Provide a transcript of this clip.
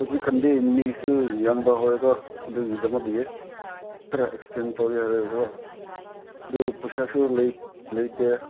ꯍꯧꯖꯤꯛꯀꯥꯟꯗꯤ ꯃꯤꯁꯨ ꯌꯥꯝꯕ ꯍꯧꯔꯦꯀꯣ ꯑꯗꯨꯒꯤꯗꯃꯛꯇꯒꯤ ꯈꯔ ꯑꯦꯛꯁꯇꯦꯟ ꯇꯧꯒꯦ ꯍꯥꯏꯔꯒꯀꯣ ꯑꯗꯨ ꯄꯩꯁꯥꯁꯨ ꯂꯩꯇꯦ